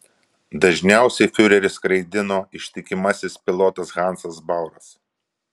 dažniausiai fiurerį skraidino ištikimasis pilotas hansas bauras